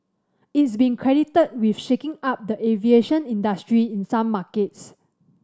it's been credited with shaking up the aviation industry in some markets